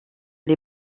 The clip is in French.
les